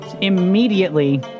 Immediately